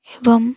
ଏବଂ